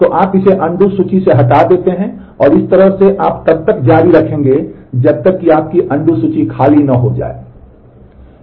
तो आप इसे अनडू सूची खाली न हो जाए